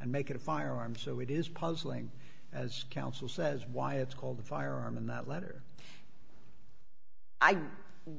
and make it a firearm so it is puzzling as counsel says why it's called the firearm in that letter i